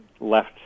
left